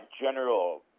general